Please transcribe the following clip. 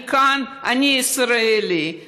אני כאן, אני ישראלי.